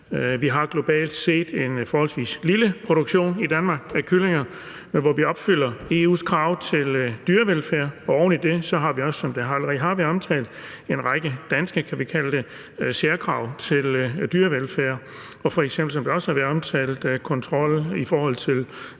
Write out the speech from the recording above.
Vi har globalt set en forholdsvis lille produktion af kyllinger i Danmark. Men vi opfylder EU's krav til dyrevelfærd, og oven i det har vi, som det allerede har været omtalt, en række danske særkrav til dyrevelfærd og f.eks. – som det også været omtalt – kontrol i forhold til